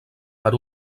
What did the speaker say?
per